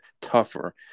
tougher